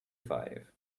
five